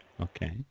Okay